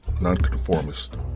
non-conformist